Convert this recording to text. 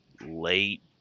late